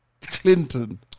Clinton